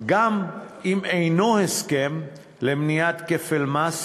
גם אם אינו הסכם למניעת כפל מס,